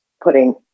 putting